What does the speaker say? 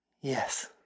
Yes